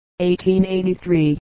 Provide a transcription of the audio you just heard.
1883